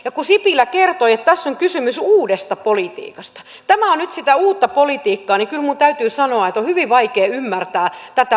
kun sipilä kertoi että tässä on kysymys uudesta politiikasta että tämä on nyt sitä uutta politiikkaa niin kyllä minun täytyy sanoa että on hyvin vaikea ymmärtää tätä uutta politiikkaa